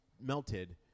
melted